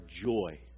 joy